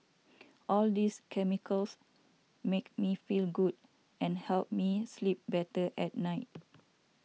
all these chemicals make me feel good and help me sleep better at night